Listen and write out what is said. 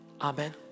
Amen